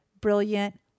brilliant